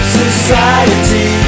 society